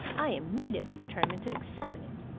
i immediately determined to examine it.